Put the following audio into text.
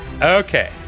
Okay